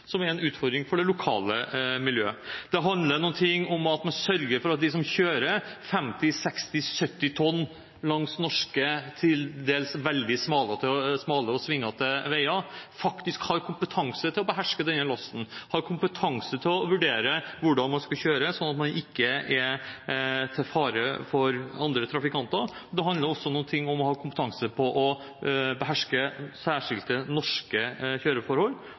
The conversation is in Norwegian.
som er en utfordring for det lokale miljøet. Det handler noe om at man sørger for at de som kjører 50–60–70 tonn langs norske til dels veldig smale og svingete veier, faktisk har kompetanse til å beherske denne lasten, har kompetanse til å vurdere hvordan man skal kjøre, slik at man ikke er til fare for andre trafikanter. Det handler også om å ha kompetanse til å beherske særskilte, norske kjøreforhold,